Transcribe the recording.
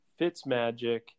Fitzmagic